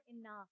enough